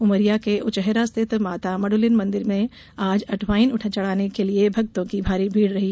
उमरिया के उचहेरा रिथत माता मद्वलिन मंदिर में आज अठवाइन चढाने के लिये भक्तो की भारी भीड रही